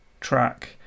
track